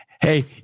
Hey